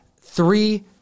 three